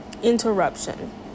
interruption